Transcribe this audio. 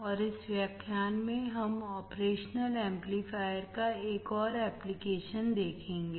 और इस व्याख्यान में हम ऑपरेशनल एमप्लीफायर का एक और एप्लीकेशन देखेंगे